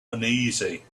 uneasy